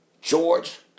George